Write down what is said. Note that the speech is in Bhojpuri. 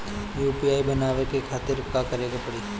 यू.पी.आई बनावे के खातिर का करे के पड़ी?